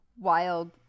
wild